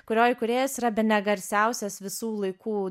kurio įkūrėjas yra bene garsiausias visų laikų